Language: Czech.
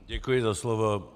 Děkuji za slovo.